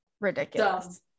Ridiculous